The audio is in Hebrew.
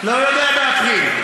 לא יודע באפריל.